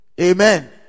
Amen